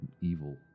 evil